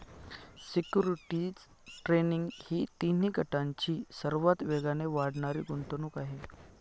securities trading ही तिन्ही गटांची सर्वात वेगाने वाढणारी गुंतवणूक आहे